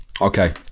Okay